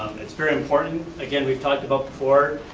it's very important. again, we've talked about before,